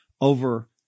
over